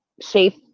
shape